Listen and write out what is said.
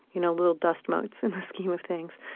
you know, little dust mites in the scheme of things.